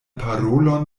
parolon